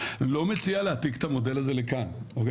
לא מציע להעתיק את המודל הזה לכאן אגב,